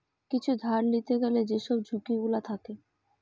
কিছু ধার লিতে গ্যালে যেসব ঝুঁকি গুলো থাকে